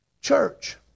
church